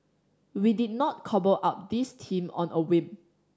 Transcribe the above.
we did not cobble up this team on a whim